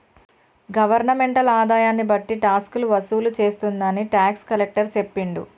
governmental ఆదాయన్ని బట్టి టాక్సులు వసూలు చేస్తుందని టాక్స్ కలెక్టర్ సెప్పిండు